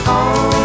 on